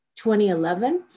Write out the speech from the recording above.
2011